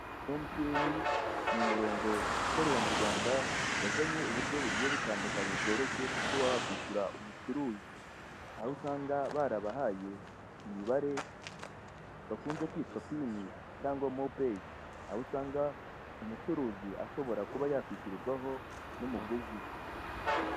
Emutiyeni ni umurongo ukorera mu Rwanda, wazanye uburyo bugiye butandukanye bworoshye bwo kuba wakishyura umucuruzi, aho usanga barabahaye imibare, bakuze kwita pini cyangwa mopeyi, aho usanga umucuruzi ashobora kuba yakishyurirwa ho n'umuguzi.